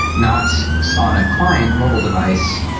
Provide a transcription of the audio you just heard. not on a client mobile device,